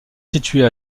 situées